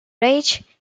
rage